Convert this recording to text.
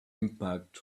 impact